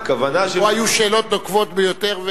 פה היו שאלות נוקבות ביותר,